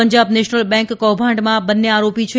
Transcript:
Punjab national bank કૌભાંડમાં બન્ને આરોપી છે